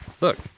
Look